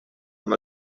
amb